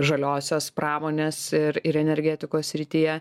žaliosios pramonės ir ir energetikos srityje